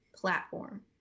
Platform